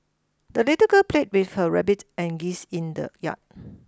the little girl played with her rabbit and geese in the yard